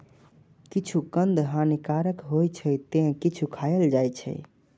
किछु कंद हानिकारक होइ छै, ते किछु खायल जाइ छै